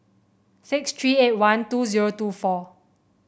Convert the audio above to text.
six three eight one two zero two four